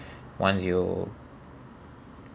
once you